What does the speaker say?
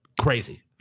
crazy